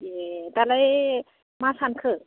ए दालाय मा सानखो